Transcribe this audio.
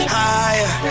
higher